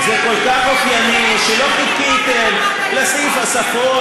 זה כל כך אופייני שלא חיכיתם לסעיף השפות,